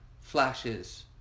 flashes